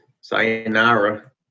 Sayonara